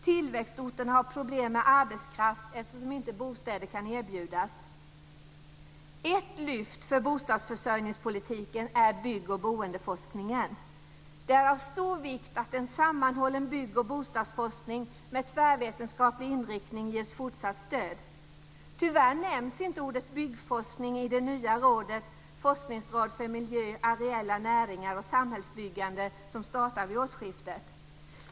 Tillväxtorterna har problem med arbetskraft eftersom inte bostäder kan erbjudas. Ett lyft för bostadsförsörjningspolitiken är byggoch boendeforskningen. Det är av stor vikt att en sammanhållen bygg och bostadsforskning med tvärvetenskaplig inriktning ges fortsatt stöd. Tyvärr nämns inte ordet byggforskning i samband med det nya rådet Forskningsråd för miljö, areella näringar och samhällsbyggande som startar vid årsskiftet.